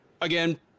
Again